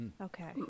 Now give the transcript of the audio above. okay